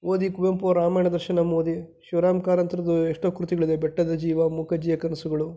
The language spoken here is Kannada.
ಓದಿ ಕುವೆಂಪು ಅವರ ರಾಮಾಯಣ ದರ್ಶನಮ್ ಓದಿ ಶಿವರಾಮ್ ಕಾರಂತರದ್ದು ಎಷ್ಟೋ ಕೃತಿಗಳಿದೆ ಬೆಟ್ಟದ ಜೀವ ಮೂಕಜ್ಜಿಯ ಕನಸುಗಳು